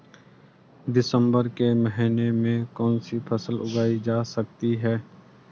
दिसम्बर के महीने में कौन सी फसल उगाई जा सकती है?